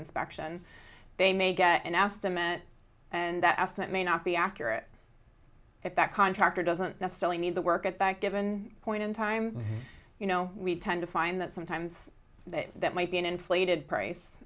inspection they may get an aston met and that estimate may not be accurate if that contractor doesn't necessarily need the work at back given point in time you know we tend to find that sometimes that that might be an inflated price